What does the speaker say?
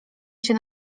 się